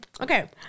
okay